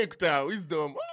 Wisdom